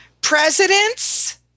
Presidents